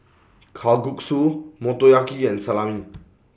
Kalguksu Motoyaki and Salami